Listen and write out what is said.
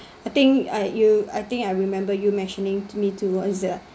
I think I you I think I remember you mentioning to me to towards that